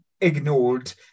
ignored